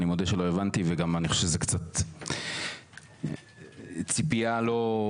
אני מודה שלא הבנתי וגם אני חושב שזו קצת ציפייה לא,